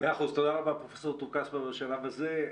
תודה רבה, פרופ' טור-כספא, בשלב הזה.